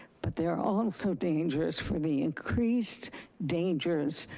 but they're also dangerous for the increased dangers,